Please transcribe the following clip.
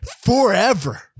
forever